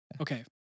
Okay